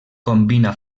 combina